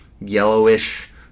yellowish